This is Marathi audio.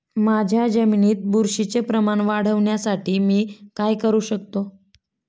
माझ्या जमिनीत बुरशीचे प्रमाण वाढवण्यासाठी मी काय करू शकतो?